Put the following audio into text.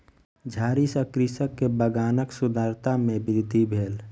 झाड़ी सॅ कृषक के बगानक सुंदरता में वृद्धि भेल